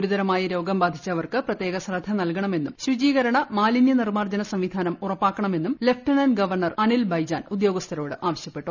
ഗുരുതരമായി രോഗം ബാധിച്ചവർക്ക് പ്രത്യേക ശ്രദ്ധ നൽകണമെന്നും ശുചീകരണ മാലിന്യ നിർമാർജ്ജന സംവിധാനം ഉറപ്പാക്കണമെന്നും ലഫ്റ്റനന്റ് ഗവർണർ അനിൽ ബൈജാൽ ഉദ്യോഗസ്ഥരോട് ആവശ്യപ്പെട്ടു